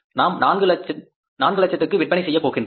நாம் 400000 க்கு விற்பனை செய்ய போகின்றோம்